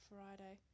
Friday